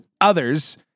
others